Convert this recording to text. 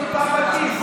מסורתי,